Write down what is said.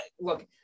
look